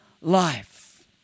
life